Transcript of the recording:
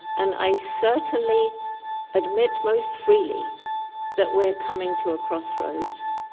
and i certainly admit most freely that we're coming to a crossroads.